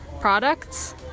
products